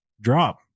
drop